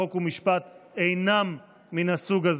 חוק ומשפט אינם מן הסוג הזה.